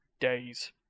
days